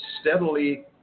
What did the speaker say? steadily